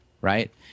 right